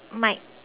might